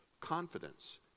Confidence